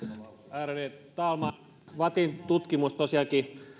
ärade talman vattin tutkimus tosiaankin